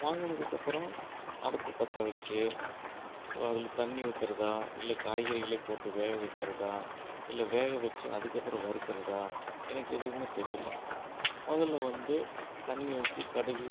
வாங்குனதுக்கப்பறம் அடுப்பை பத்தவச்சு அதில் தண்ணி ஊத்துறதாக இல்லை காய்கறிகளே போட்டு வேக வைக்கிறதா இல்லை வேக வச்சு அதற்கப்பறம் வறுக்குறதா எனக்கு எதுவுமே தெரியல முதல்ல வந்து தண்ணி ஊற்றி கடுகு